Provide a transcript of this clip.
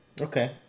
okay